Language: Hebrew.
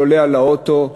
אני עולה על האוטו,